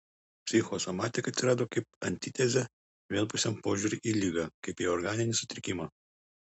psichosomatika atsirado kaip antitezė vienpusiam požiūriui į ligą kaip į organinį sutrikimą